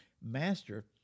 Master